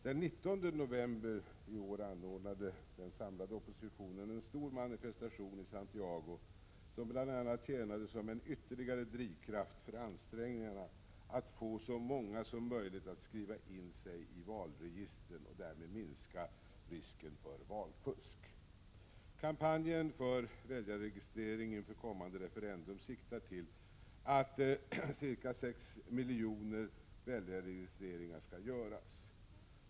Den 19 november i år anordnade den samlade oppositionen en stor manifestation i Santiago, som bl.a. tjänade som en ytterligare drivkraft för ansträngningarna att få så många som möjligt att skriva in sig i valregistren och därmed minska risken för valfusk. Kampanjen för väljarregistrering inför kommande referendum siktar till att ca 6 miljoner väljarregistreringar skall göras.